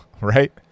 right